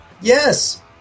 Yes